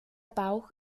bauch